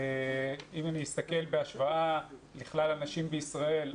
אם אני אסתכל בהשוואה לכלל הנשים בישראל,